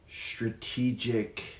strategic